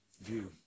view